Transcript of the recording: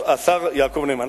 השר יעקב נאמן.